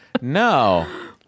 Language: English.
No